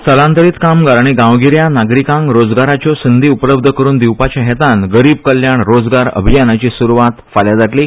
स्थलांतरीत कामगार आनी गावगिरया नागरीकांक रोजगाराच्यो संदी उपलब्ध करून दिवपाचे हेतान गरीब कल्याण रोजगार अभियानाची सुरवात फाल्या जातली